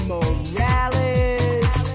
Morales